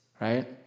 right